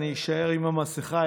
אני אישאר עם המסכה.